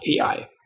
AI